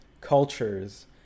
cultures